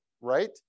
right